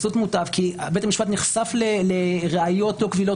כי בית המשפט נחשף לראיות לא קבילות